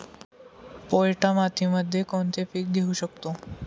पोयटा मातीमध्ये कोणते पीक घेऊ शकतो?